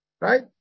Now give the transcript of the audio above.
Right